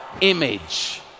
image